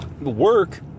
work